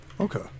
Okay